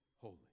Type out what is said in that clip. holy